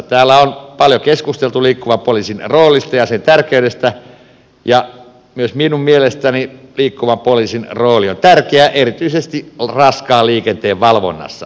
täällä on paljon keskusteltu liikkuvan poliisin roolista ja sen tärkeydestä ja myös minun mielestäni liikkuvan poliisin rooli on tärkeä erityisesti raskaan liikenteen valvonnassa